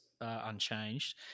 unchanged